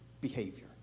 behavior